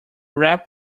rap